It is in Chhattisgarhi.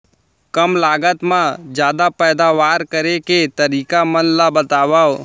कम लागत मा जादा पैदावार करे के तरीका मन ला बतावव?